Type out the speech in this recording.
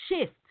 shift